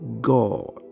God